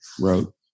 wrote